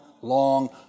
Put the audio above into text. long